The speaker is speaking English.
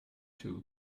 too